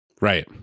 Right